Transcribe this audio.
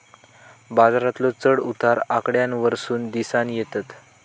बाजारातलो चढ उतार आकड्यांवरसून दिसानं येतत